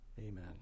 Amen